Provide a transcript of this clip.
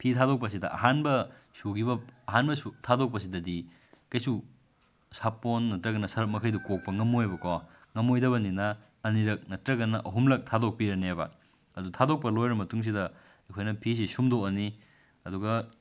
ꯐꯤ ꯊꯥꯗꯣꯛꯄꯁꯤꯗ ꯑꯍꯥꯟꯕ ꯁꯨꯈꯤꯕ ꯑꯍꯥꯟꯕ ꯊꯥꯗꯣꯛꯄꯁꯤꯗꯗꯤ ꯀꯩꯁꯨ ꯁꯥꯄꯣꯟ ꯅꯠꯇ꯭ꯔꯒꯅ ꯁꯔꯞ ꯃꯈꯩꯗꯣ ꯀꯣꯛꯄ ꯉꯝꯃꯣꯏꯕꯀꯣ ꯉꯝꯃꯣꯏꯗꯕꯅꯤꯅ ꯑꯅꯤꯔꯛ ꯅꯠꯇ꯭ꯔꯒꯅ ꯑꯍꯨꯝꯂꯛ ꯊꯥꯗꯣꯛꯄꯤꯔꯅꯦꯕ ꯑꯗꯨ ꯊꯥꯗꯣꯛꯄ ꯂꯣꯏꯔ ꯃꯇꯨꯡꯁꯤꯗ ꯑꯩꯈꯣꯏꯅ ꯐꯤꯁꯦ ꯁꯨꯝꯗꯣꯛꯑꯅꯤ ꯑꯗꯨꯒ